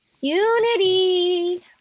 Unity